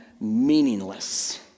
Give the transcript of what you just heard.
meaningless